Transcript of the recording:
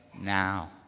now